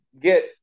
get